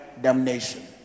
damnation